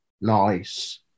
Nice